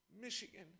Michigan